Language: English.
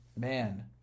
Man